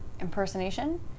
impersonation